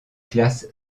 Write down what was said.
classe